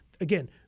Again